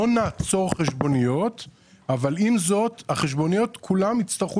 לא נעצור חשבוניות אבל עם זאת החשבוניות כולן יצטרכו